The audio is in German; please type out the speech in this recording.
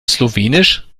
slowenisch